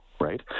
right